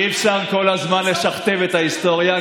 אי-אפשר כל הזמן לשכתב את ההיסטוריה,